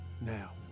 Now